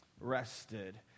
rested